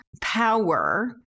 power